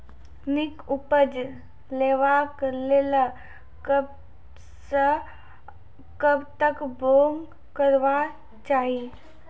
नीक उपज लेवाक लेल कबसअ कब तक बौग करबाक चाही?